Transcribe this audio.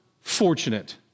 fortunate